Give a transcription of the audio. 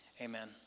Amen